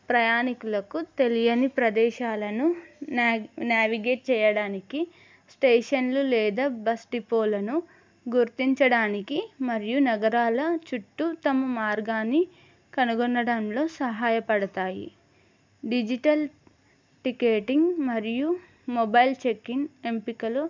ప్రయాణికులకు తెలియని ప్రదేశాలను నావిగేట్ చెయ్యడానికి స్టేషన్లు లేదా బస్ డిపోలను గుర్తించడానికి మరియు నగరాల చుట్టూ తమ మార్గాన్ని కనుగొనడంలో సహాయపడతాయి డిజిటల్ టికెటింగ్ మరియు మొబైల్ చెక్ ఇన్ ఎంపికలు